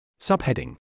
Subheading